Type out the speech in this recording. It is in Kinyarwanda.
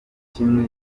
kimwe